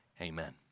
Amen